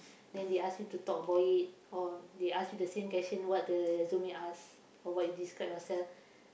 then they ask you to talk about it or they ask you the same question what the resume ask or what you describe yourself